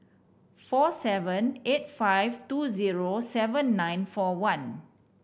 four seven eight five two zero seven nine four one